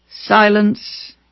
silence